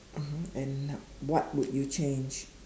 mmhmm and what would you change